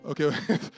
Okay